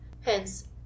hence